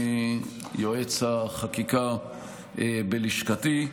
יועץ החקיקה בלשכתי.